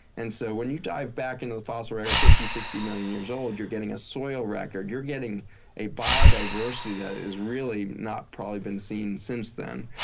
and so when you dive back into the fossil record, fifty, sixty million years old, you're getting a soil record, you're getting a biodiversity that is really not probably been seen since then.